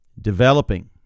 developing